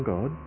God